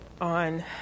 on